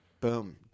boom